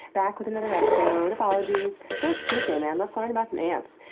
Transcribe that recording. back with another episode of ologies. so it's tuesday, man, let's learn about some ants!